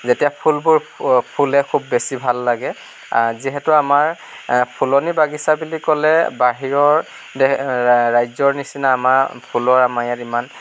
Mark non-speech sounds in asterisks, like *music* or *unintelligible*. যেতিয়া ফুলবোৰ ফুলে খুব বেছি ভাল লাগে যিহেতু আমাৰ ফুলনি বাগিছা বুলি ক'লে বাহিৰৰ *unintelligible* ৰাজ্যৰ নিচিনা ফুলৰ আমাৰ ইয়াত ইমান